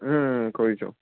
কৰিছোঁ